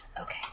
Okay